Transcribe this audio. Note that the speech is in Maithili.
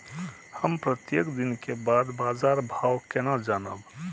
हम प्रत्येक दिन के बाद बाजार भाव केना जानब?